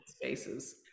spaces